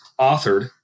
authored